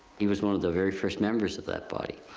he was one of the very first members of that body.